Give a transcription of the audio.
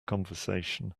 conversation